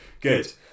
good